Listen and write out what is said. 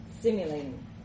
simulating